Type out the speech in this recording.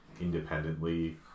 independently